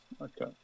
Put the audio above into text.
okay